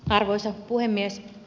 arvoisa puhemies